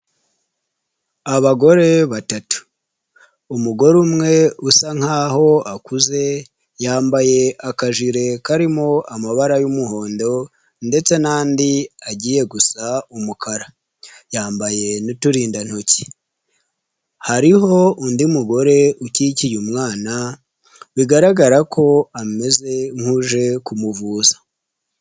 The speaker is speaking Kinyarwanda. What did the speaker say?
Abagore batatu, umugore umwe usa nk'aho akuze yambaye akajire karimo amabara y'umuhondo ndetse n'andi agiye gusa umukara. Yambaye n'uturindantoki hariho undi mugore ukigikiye umwana bigaragara ko ameze nk'uje kumuvuza.